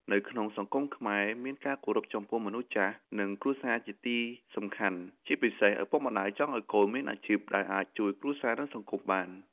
នៅក្នុងសង្គមខ្មែរមានការគោរពចំពោះមនុស្សចាស់ និងគ្រួសារជាទីសំខាន់ ជាពិសេសឪពុកម្ដាយចង់ឲ្យកូនមានអាជីពដែលអាចជួយគ្រួសារនិងសង្គមបាន។